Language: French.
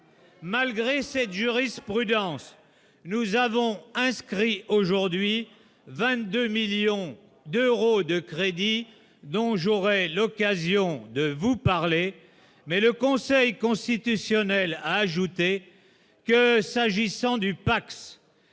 Malgré cette jurisprudence nous avons inscrit aujourd'hui 22 millions d'euros de crédits, donc j'aurai l'occasion de vous parler, mais le Conseil constitutionnel a ajouté que, s'agissant du Pacs